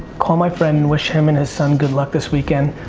call my friend, wish him and his son good luck this weekend.